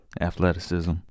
Athleticism